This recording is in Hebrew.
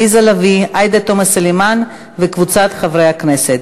עליזה לביא ועאידה תומא סלימאן וקבוצת חברי הכנסת,